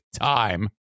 time